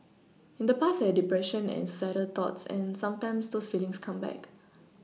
in the past I had depression and suicidal thoughts and sometimes those feelings come back